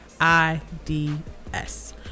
I-D-S